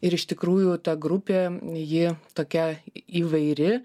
ir iš tikrųjų ta grupė ji tokia įvairi